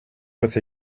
with